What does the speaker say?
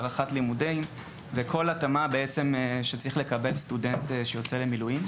הארכת ללימודים וכל התאמה בעצם שצריך לקבל סטודנט שיוצא למילואים.